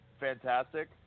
fantastic